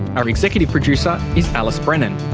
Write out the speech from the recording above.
our executive producer is alice brennan.